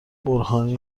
برهانی